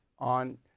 on